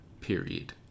period